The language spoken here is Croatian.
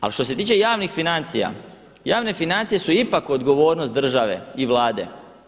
A što se tiče javnih financija, javne financije su ipak odgovornost države i Vlade.